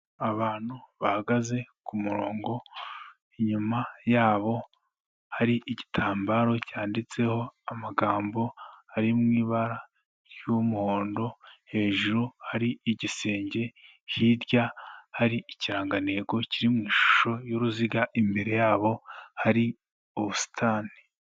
Abantu bahagaze ku murongo, inyuma yabo hari igitambaro cyanditseho amagambo ari mu ibara ry'umuhondo, hejuru hari igisenge, hirya hari ikirangantego kiri mu ishusho y'uruziga, imbere yabo hari ubusitani.